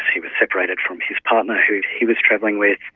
he was separated from his partner, who he was travelling with,